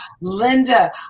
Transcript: Linda